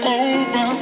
over